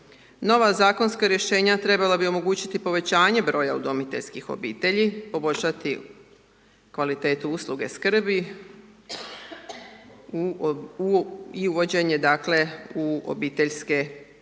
Nova zakonska rješenja trebala bi omogućiti povećanje broja udomiteljskih obitelji poboljšati kvalitetu usluge skrbi i uvođenje dakle u obiteljske